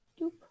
Doop